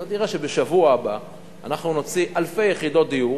תראה שבשבוע הבא אנחנו נוציא אלפי יחידות דיור